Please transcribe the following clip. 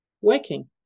working